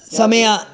ಸಮಯ